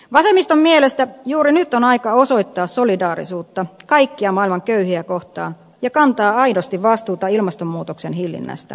vasemmiston mielestä juuri nyt on aika osoittaa solidaarisuutta kaikkia maailman köyhiä kohtaan ja kantaa aidosti vastuuta ilmastonmuutoksen hillinnästä